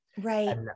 right